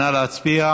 נא להצביע.